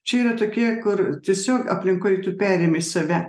čia yra tokie kur tiesiog aplinkui tu perimi į save